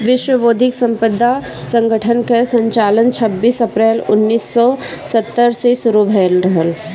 विश्व बौद्धिक संपदा संगठन कअ संचालन छबीस अप्रैल उन्नीस सौ सत्तर से शुरू भयल रहे